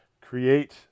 create